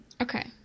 Okay